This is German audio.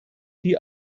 die